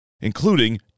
including